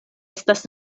estas